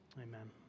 amen